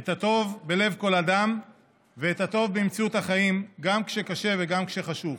את הטוב בלב כל אדם ואת הטוב במציאות החיים גם כשקשה וגם כשחשוך.